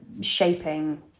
shaping